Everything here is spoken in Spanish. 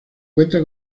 cuenta